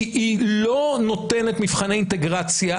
היא לא נותנת מבחני אינטגרציה.